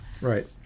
right